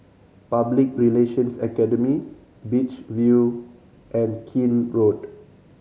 Public Relations Academy Beach View and Keene Road